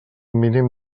mínim